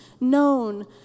known